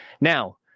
Now